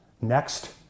next